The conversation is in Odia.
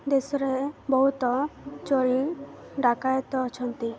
ଦେଶରେ ବହୁତ ଚୋର ଡାକାୟତ ଅଛନ୍ତି